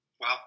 Wow